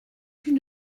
plus